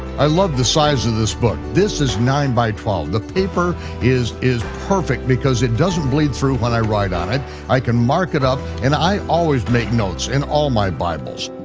i love the size of this book. this is nine by twelve, the paper is is perfect, because it doesn't bleed through when i write on it, i can mark it up, and i always make notes in all my bibles.